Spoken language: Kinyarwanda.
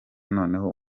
noneho